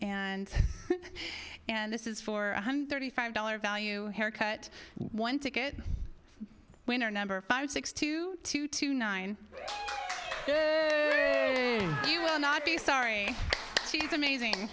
and and this is four hundred thirty five dollars value haircut one ticket winner number five six two two two nine you will not be sorry she's amazing